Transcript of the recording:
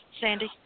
Sandy